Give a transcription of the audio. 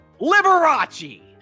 Liberace